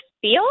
feel